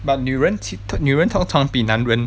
but 女人 女人通常比男人